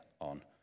on